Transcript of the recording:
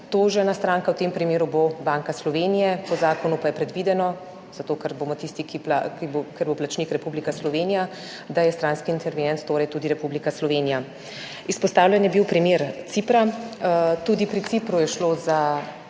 Tožena stranka v tem primeru bo Banka Slovenije, po zakonu pa je predvideno, zato ker bo plačnik Republika Slovenija, da je stranski intervenient tudi Republika Slovenija. Izpostavljen je bil primer Cipra. Tudi pri Cipru je šlo za